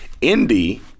Indy